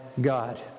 God